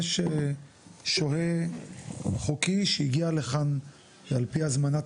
יש שוהה חוקי שהגיע לכאן על פי הזמנת